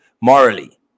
morally